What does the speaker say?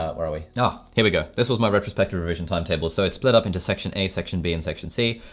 where are we? no, here we go this was my retrospective revision timetables. so, its split up into section a, section b, and section c.